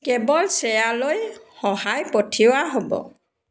কেৱল শ্ৰেয়ালৈ সহায় পঠিওৱা হ'ব